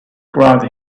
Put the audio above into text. crowd